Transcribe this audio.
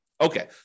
Okay